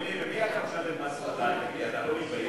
תגיד לי, ממי אתה מקבל מס שפתיים, אתה לא מתבייש?